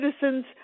citizens